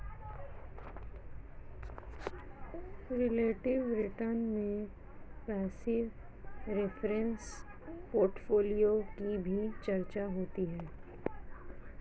relative return में passive reference portfolio की भी चर्चा होती है